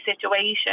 situation